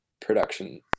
production